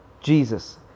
Jesus